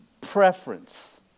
preference